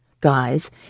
guys